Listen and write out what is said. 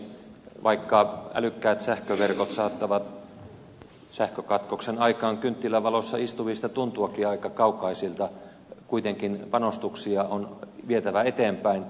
vaikka älykkäät sähköverkot saattavat sähkökatkoksen aikaan kynttilänvalossa istuvista tuntuakin aika kaukaisilta kuitenkin panostuksia on vietävä eteenpäin